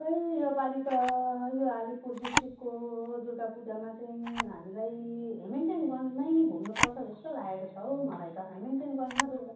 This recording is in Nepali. खै यो पालि त यो अलिपुर डिस्ट्रिकको दुर्गापूजामा चाहिँ हामीलाई हेमिल्टनगन्जमै घुम्नुपर्छ जस्तो लागेको छ हौ मलाई त हेमिल्टनगन्जमा डुल्छ